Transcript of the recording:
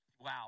Wow